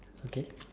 okay